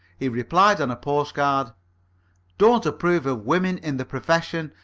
he replied on a postcard don't approve of women in the profession,